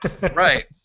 right